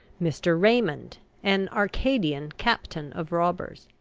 mr. raymond, an arcadian captain of robbers.